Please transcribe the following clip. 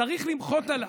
צריך למחות עליו.